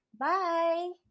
Bye